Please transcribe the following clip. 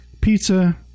Pizza